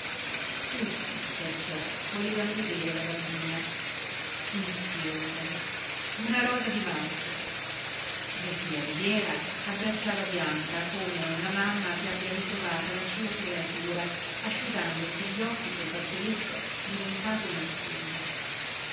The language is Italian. tutti perciò volevano vedere la bambina un fiore una rosa di maggio la zia rubiera abbracciava bianca come una mamma che abbia ritrovata la sua creatura asciugandosi gli occhi col fazzoletto diventato una spugna